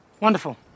Wonderful